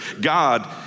God